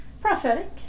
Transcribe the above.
prophetic